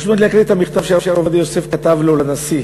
להקריא את המכתב שהרב עובדיה יוסף כתב לנשיא